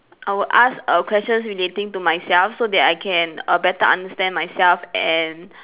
I would ask err questions relating to myself so that I can err better understand myself and